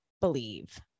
believe